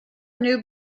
new